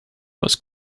was